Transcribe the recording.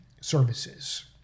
services